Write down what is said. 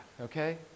Okay